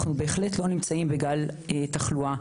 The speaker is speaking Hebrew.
בבריטניה - גלים של תחלואה,